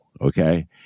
okay